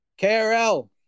KRL